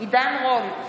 עידן רול,